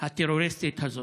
הטרוריסטית הזאת.